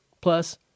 Plus